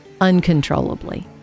uncontrollably